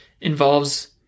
involves